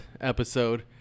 episode